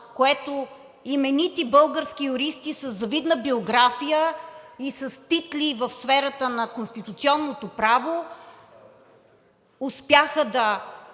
което именити български юристи със завидна биография и с титли в сферата на конституционното право успяха да